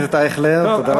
תודה,